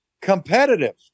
competitive